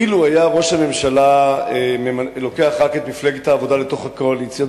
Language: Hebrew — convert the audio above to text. אילו היה ראש הממשלה לוקח רק את מפלגת העבודה לתוך הקואליציה,